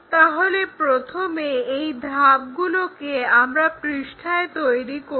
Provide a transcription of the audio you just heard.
তাহলে প্রথমে এই ধাপগুলোকে আমরা পৃষ্ঠায় তৈরি করি